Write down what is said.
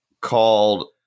called